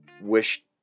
wish